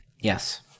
Yes